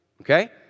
okay